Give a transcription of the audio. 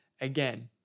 again